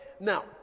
Now